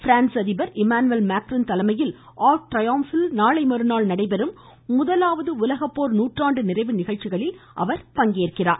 France அதிபர் Emmanuel Macron தலைமையில் யுசஉ வுசரைஅா ல் நாளை மறுநாள் நடைபெறும் முதலாவது உலகப்போர் நூற்றாண்டு நிறைவு நிகழ்ச்சிகளில் அவர் கலந்துகொள்கிறார்